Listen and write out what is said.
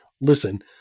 listen